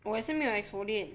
我也是没有 exfoliate